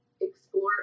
explore